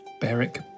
Beric